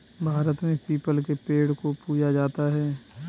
भारत में पीपल के पेड़ को पूजा जाता है